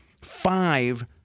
five